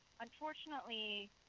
unfortunately